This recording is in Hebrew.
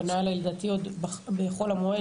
פנה אליי לדעתי עוד בחול המועד